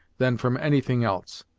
than from any thing else.